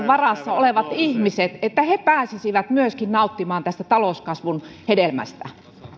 varassa olevat ihmiset pääsisivät myöskin nauttimaan tästä talouskasvun hedelmästä